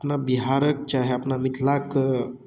अपना बिहारक चाहे अपना मिथिलाके